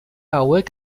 hauek